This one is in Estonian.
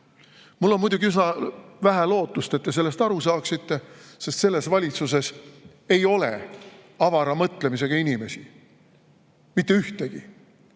Mul on muidugi üsna vähe lootust, et te sellest aru saate, sest selles valitsuses ei ole avara mõtlemisega inimesi. Mitte ühtegi